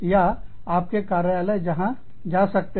या आपके कार्यालय कहां जा सकते